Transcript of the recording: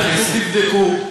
ותלכו תבדקו,